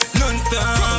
non-stop